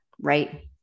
Right